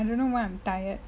I don't know why I'm tired